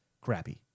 crappy